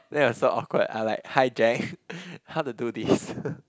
then it was so awkward I like hi Jack how to do this